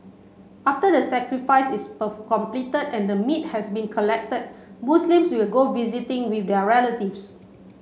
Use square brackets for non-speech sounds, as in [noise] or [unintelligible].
after the sacrifice is [unintelligible] complete and the meat has been collect Muslims will go visiting with their relatives